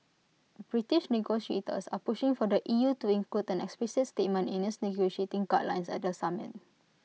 British negotiators are pushing for the E U to include an explicit statement in its negotiating guidelines at the summit